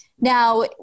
Now